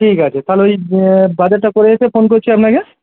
ঠিক আছে তাহলে ওই বাজারটা করে এসে ফোন করছি আপনাকে